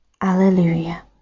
Alleluia